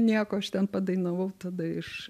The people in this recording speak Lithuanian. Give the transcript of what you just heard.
nieko aš ten padainavau tada iš